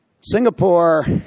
Singapore